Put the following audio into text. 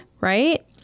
right